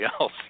else